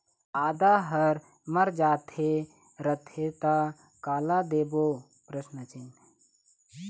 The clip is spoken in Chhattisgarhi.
आदा हर मर जाथे रथे त काला देबो?